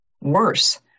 Worse